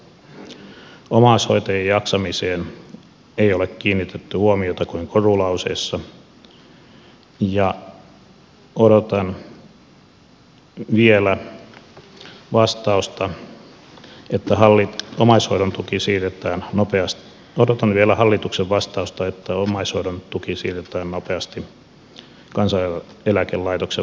omais hoitajien jaksamiseen ei ole kiinnitetty huomiota kuin korulauseissa ja odotan vielä hallituksen vastausta että omaishoidon tuki siirretään nopeasti kansaneläkelaitoksen vastattavaksi